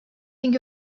think